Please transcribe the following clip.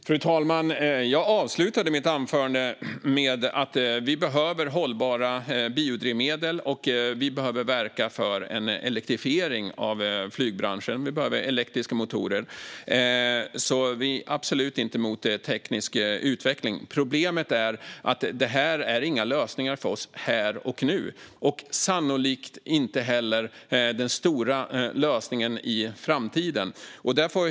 Fru talman! Jag avslutade mitt anförande med att säga att vi behöver hållbara biodrivmedel och att vi behöver verka för en elektrifiering av flygbranschen. Vi behöver elektriska motorer. Vi är absolut inte emot teknisk utveckling. Problemet är att det här inte är några lösningar för oss här och nu och sannolikt inte heller den stora lösningen i framtiden.